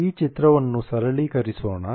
ಈ ಚಿತ್ರವನ್ನು ಸರಳೀಕರಿಸೋಣ